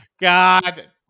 God